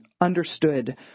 understood